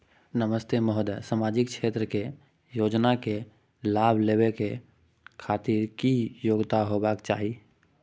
नमस्ते महोदय, सामाजिक क्षेत्र के योजना के लाभ लेबै के खातिर की योग्यता होबाक चाही?